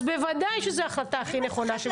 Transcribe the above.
אז בוודאי שזה החלטה הכי נכונה.